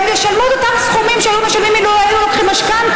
הם ישלמו את אותם סכומים שהיו משלמים אילו היו לוקחים משכנתה,